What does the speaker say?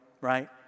right